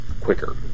quicker